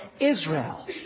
Israel